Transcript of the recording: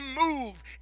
move